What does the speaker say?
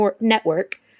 network